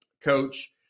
coach